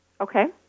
Okay